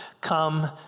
Come